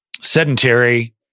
sedentary